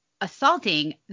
assaulting